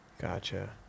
Gotcha